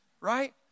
Right